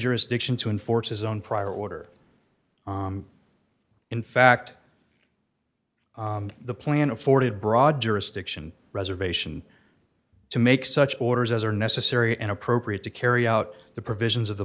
jurisdiction to enforce his own prior order in fact the plan afforded broad jurisdiction reservation to make such orders as are necessary and appropriate to carry out the provisions of the